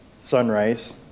sunrise